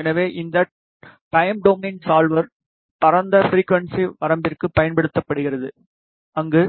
எனவே இந்த time domain solver பரந்த ஃபிரிக்குவன்ஸி வரம்பிற்குப் பயன்படுத்தப்படுகிறது அங்கு